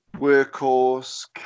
workhorse